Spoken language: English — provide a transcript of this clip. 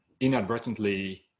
inadvertently